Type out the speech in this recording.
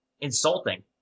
insulting